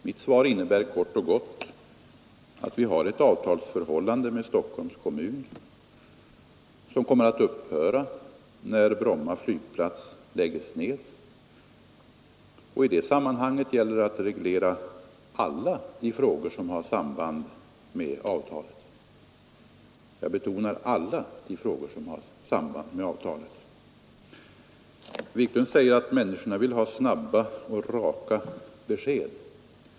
Mitt svar innebär kort och gott att vi har ett avtalsförhållande till Stockholms kommun som kommer att upphöra när Bromma flygplats läggs ner, och i det sammanhanget gäller det att reglera alla de frågor som har samband med avtalet. Herr Wiklund säger att människorna vill ha snabba och raka besked.